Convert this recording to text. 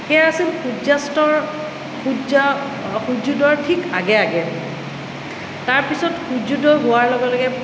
সেয়া আছিল সূৰ্য্যাস্তৰ সূৰ্য্যা সূৰ্য্যোদয়ৰ ঠিক আগে আগে তাৰপিছত সূৰ্য্যোদয় হোৱাৰ লগে লগে